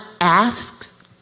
asks